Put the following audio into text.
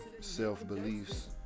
self-beliefs